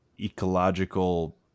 ecological